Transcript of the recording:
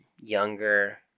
younger